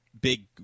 big